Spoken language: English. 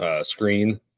screen